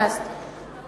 חבר הכנסת כץ,